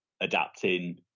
adapting